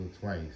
twice